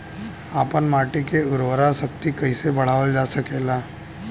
आपन माटी क उर्वरा शक्ति कइसे बढ़ावल जा सकेला?